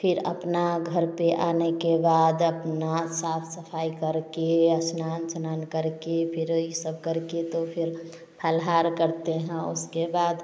फिर अपना घर पर आने के बाद अपना साफ़ सफ़ाई करके स्नान विस्नान करके फिर यह सब करके तो फिर फलहार करते हैं उसके बाद